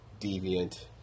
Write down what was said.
deviant